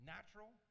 Natural